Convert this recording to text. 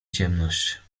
ciemność